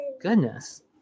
Goodness